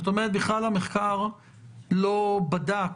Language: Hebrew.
זאת אומרת, בכלל המחקר לא בדק,